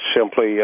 simply